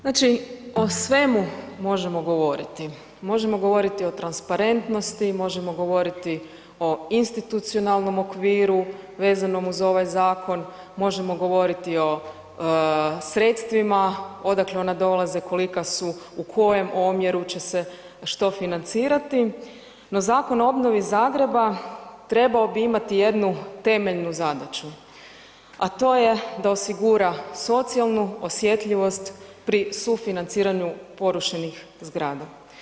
Znači o svemu možemo govoriti, možemo govoriti o transparentnosti, možemo govoriti o institucionalnom okviru vezanom uz ovaj zakon, možemo govoriti o sredstvima odakle ona dolaze, kolika su, u kojem omjeru će se što financirati, no zakon o obnovi Zagreba trebao bi imati jednu temeljnu zadaću, a to je da osigura socijalnu osjetljivost pri sufinanciranju porušenih zgrada.